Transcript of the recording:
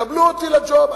קבלו אותי לג'וב.